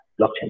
blockchain